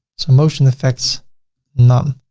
so motion affects none.